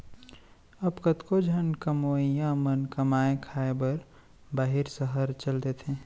अब कतको झन कमवइया मन कमाए खाए बर बाहिर सहर चल देथे